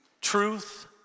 truth